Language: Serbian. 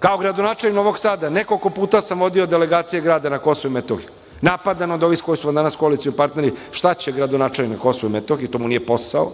kao gradonačelnik Novog Sada, nekoliko puta sam vodio delegacije grada na Kosovo i Metohiju, napadan od ovih sa kojima smo danas koalicioni partneri, šta će gradonačelnik na Kosovo i Metohiji, to mu nije posao